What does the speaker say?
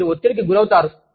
మీరు ఒత్తిడికి గురవుతారు